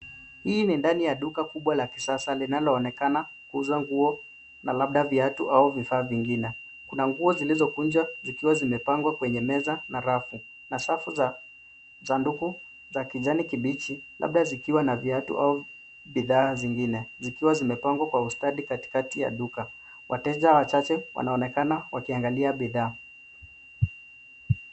Hii ni ndani ya duka kubwa la kisasa linaloonekana kuuza nguo na labda viatu au vifaa vingine. Kuna nguo zilizokunjwa zikiwa zimepangwa kwenye meza na rafu na safu za sanduku za kijani kibichi labda zikiwa na viatu au bidhaa zingine zikiwa zimepangwa kwa ustadi katikati ya duka. Wateja wachache wanaonekana wakiangalia bidhaa.